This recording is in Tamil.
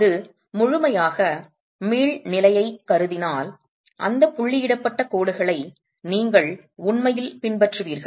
அது முழுமையாக மீள் நிலையைக் கருதினால் அந்த புள்ளியிடப்பட்ட கோடுகளை நீங்கள் உண்மையில் பின்பற்றுவீர்கள்